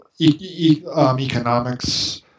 economics